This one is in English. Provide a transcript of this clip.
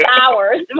hours